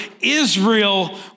Israel